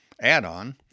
add-on